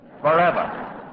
forever